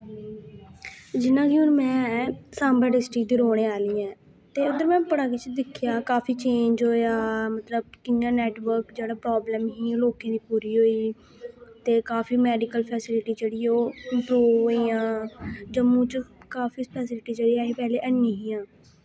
जि'यां कि हून मैं साम्बा डिस्ट्रिक दी रौह्ने आह्ली ऐं ते उद्धर मैं बड़ा किश दिक्खेआ काफी चेंज होआ मतलब कि'यां नैटवर्क जेह्ड़ा प्राबल्म ही लोकें दी पूरी होई ते काफी मैडिकल फैसिलिटी जेह्ड़ी ओह् इम्प्रूव होई गेइयां जम्मू च काफी फैसिलिटी जेह्ड़ी ऐ ही पैह्ले एैन्नी हियां